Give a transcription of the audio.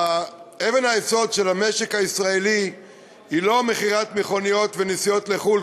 אבן היסוד של המשק הישראלי היא לא מכירת מכוניות ונסיעות לחו"ל,